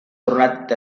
tornat